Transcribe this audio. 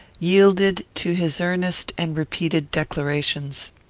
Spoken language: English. yielded to his earnest and repeated declarations.